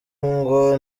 ngo